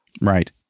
Right